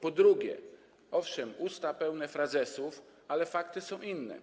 Po drugie, owszem, usta pełne frazesów, ale fakty są inne.